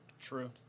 True